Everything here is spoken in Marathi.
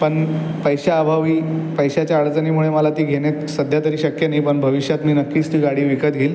पण पैशाअभावी पैशाच्या अडचणीमुळे मला ती घेण्यात सध्यातरी शक्य नाही पण भविष्यात मी नक्कीच ती गाडी विकत घेईन